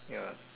ya